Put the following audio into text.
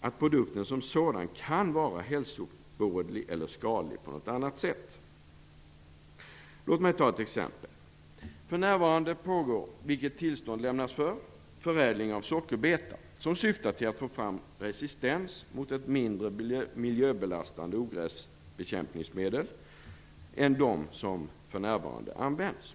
att produkten som sådan kan vara hälsovådlig eller skadlig på något annat sätt. Låt mig ta ett exempel. För närvarande pågår, vilket tillstånd lämnats för, förädling av sockerbeta som syftar till att få fram resistens mot ett ogräsbekämpningsmedel som är mindre miljöbelastande än de som för närvarande används.